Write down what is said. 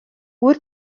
ŵyr